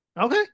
Okay